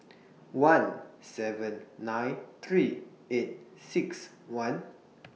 one seven nine three eight six one